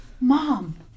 mom